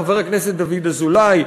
חבר הכנסת דוד אזולאי,